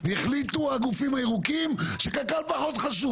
והחליטו הגופים הירוקים שקק"ל פחות חשוב,